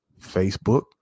Facebook